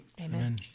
Amen